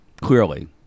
Clearly